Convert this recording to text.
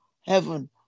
heaven